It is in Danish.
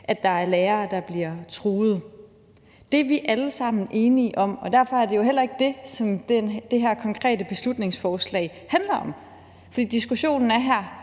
at der er lærere, der bliver truet. Det er vi alle sammen enige om. Derfor er det jo heller ikke det, som det her konkrete beslutningsforslag handler om. Diskussionen er her